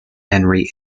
henry